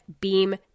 Beam